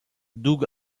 doug